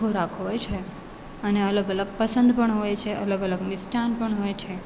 ખોરાક હોય છે અને અલગ અલગ પસંદ પણ હોય છે અલગ અલગ મિષ્ટાન પણ હોય છે